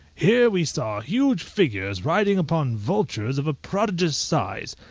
here we saw huge figures riding upon vultures of a prodigious size,